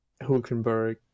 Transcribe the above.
Hulkenberg